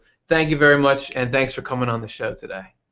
thank you very much and thanks for coming on the show today.